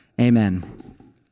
Amen